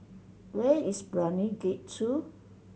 where is Brani Gate Two